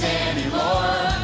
anymore